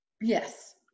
Yes